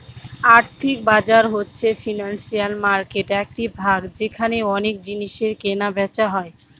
আর্থিক বাজার হচ্ছে ফিনান্সিয়াল মার্কেটের একটি ভাগ যেখানে অনেক জিনিসের কেনা বেচা হয়